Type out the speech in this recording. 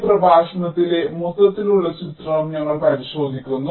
ഈ പ്രഭാഷണത്തിലെ മൊത്തത്തിലുള്ള ചിത്രം ഞങ്ങൾ പരിശോധിക്കുന്നു